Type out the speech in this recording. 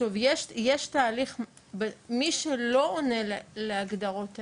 שוב, יש תהליך, מי שלא עונה להגדרות האלה,